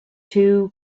two